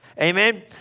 Amen